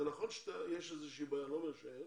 זה נכון שיש איזושהי בעיה, אני לא אומר שאין